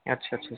আচ্ছা আচ্ছা